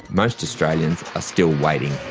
most australians are still waiting.